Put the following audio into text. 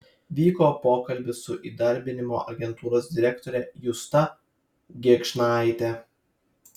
vyko pokalbis su įdarbinimo agentūros direktore justa gėgžnaite